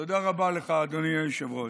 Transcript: תודה רבה לך, אדוני היושב-ראש.